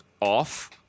off